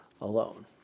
alone